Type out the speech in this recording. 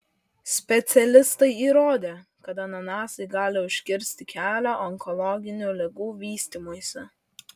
specialistai įrodė kad ananasai gali užkirsti kelią onkologinių ligų vystymuisi